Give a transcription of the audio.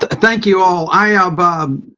thank you all. i ah but um